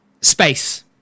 space